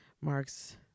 marks